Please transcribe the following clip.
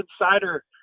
insider